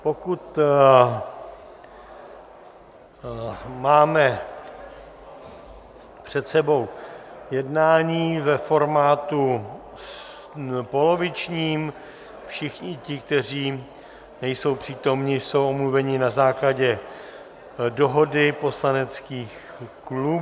Pokud máme před sebou jednání ve formátu polovičním, všichni ti, kteří nejsou přítomni, jsou omluveni na základě dohody poslaneckých klubů.